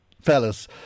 fellas